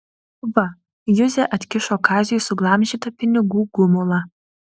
va juzė atkišo kaziui suglamžytą pinigų gumulą